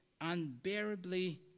unbearably